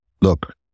Look